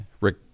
Rick